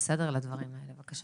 בבקשה.